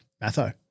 Matho